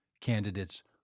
candidates